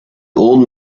old